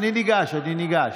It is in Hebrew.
אני ניגש.